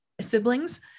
siblings